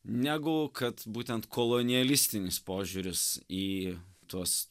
negu kad būtent kolonėlistinis požiūris į tuos